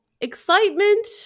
excitement